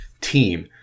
team